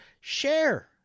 Share